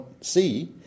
see